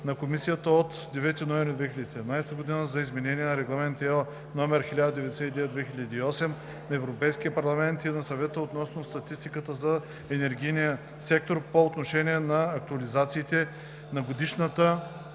на комисията от 9 ноември 2017 г. за изменение на Регламент (ЕО) № 1099/2008 на Европейския парламент и на Съвета относно статистиката за енергийния сектор, по отношение на актуализациите на годишната